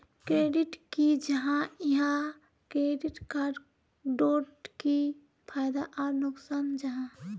Credit की जाहा या क्रेडिट कार्ड डोट की फायदा आर नुकसान जाहा?